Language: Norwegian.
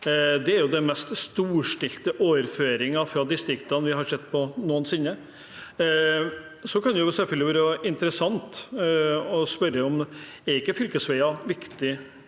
Det er jo den mest storstilte overføringen fra distriktene vi har sett noensinne. Det kan selvfølgelig være interessant å spørre om ikke fylkesveier er viktig